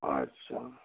अच्छा